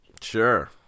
Sure